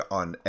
on